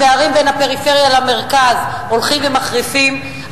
הפערים בין הפריפריה למרכז הולכים ומחריפים,